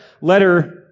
letter